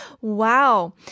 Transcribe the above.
Wow